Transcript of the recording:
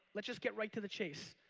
let's just get right to the chase,